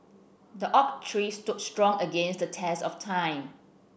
the oak tree stood strong against the test of time